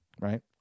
right